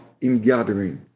Ingathering